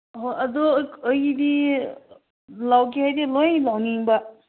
ꯍꯣ ꯑꯗꯨ ꯑꯩꯗꯤ ꯂꯧꯒꯦ ꯍꯥꯏꯗꯤ ꯂꯣꯏ ꯂꯧꯅꯤꯡꯕ